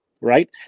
Right